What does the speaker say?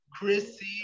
Chrissy